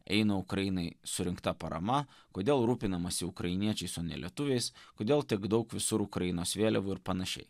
eina ukrainai surinkta parama kodėl rūpinamasi ukrainiečiais o ne lietuviais kodėl tiek daug visur ukrainos vėliavų ir panašiai